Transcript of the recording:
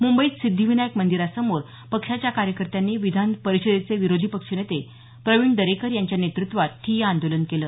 मुंबईत सिद्धीविनायक मंदिरासमोर पक्षाच्या कार्यकर्त्यांनी विधान परिषदेचे विरोधी पक्षनेते प्रवीण दरेकर यांच्या नेतृत्वात ठिय्या आंदोलन केलं